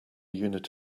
unit